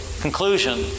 conclusion